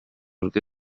rwe